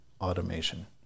automation